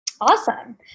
Awesome